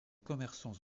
commerçants